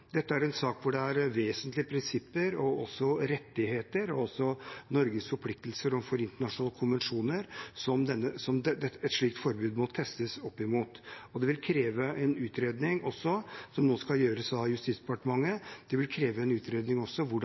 Dette er en sak hvor det er vesentlige prinsipper og også rettigheter og Norges forpliktelser overfor internasjonale konvensjoner som et slikt forbud må testes opp mot. Det vil kreve en utredning også, som nå skal gjøres av Justisdepartementet, av hvordan dette vil